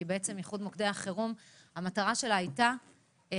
כי בעצם המטרה של איחוד מוקדי החירום הייתה לאחד